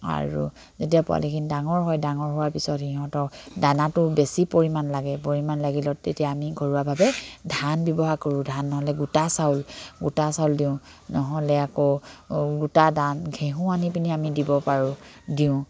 আৰু যেতিয়া পোৱালিখিনি ডাঙৰ হয় ডাঙৰ হোৱাৰ পিছত সিহঁতক দানাটো বেছি পৰিমাণ লাগে পৰিমাণ লাগিলত তেতিয়া আমি ঘৰুৱাভাৱে ধান ব্যৱহাৰ কৰোঁ ধান নহ'লে গোটা চাউল গোটা চাউল দিওঁ নহ'লে আকৌ গোটা দান ঘেঁহু আনি পিনি আমি দিব পাৰোঁ দিওঁ